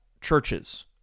churches